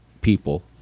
people